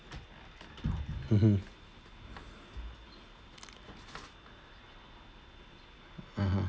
mmhmm (uh huh)